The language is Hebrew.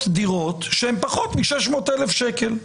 דירות שעלותן פחות מ-600,000 שקלים לדירה.